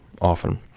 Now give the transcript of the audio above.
often